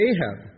Ahab